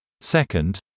Second